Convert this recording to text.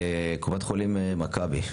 קופת חולים מכבי.